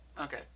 Okay